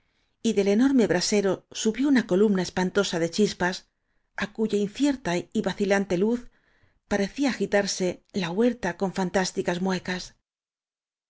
y del enorme brasero subió una columna espantosa ele chispas á cuya incierta y vacilante luz pare cía agitarse la huerta con fantásticas muecas